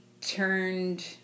turned